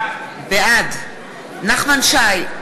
בעד נחמן שי,